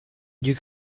you